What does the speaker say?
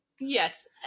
Yes